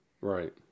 right